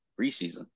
preseason